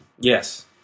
Yes